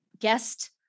guest